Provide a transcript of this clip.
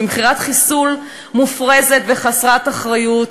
במכירת חיסול מופרזת וחסרת אחריות,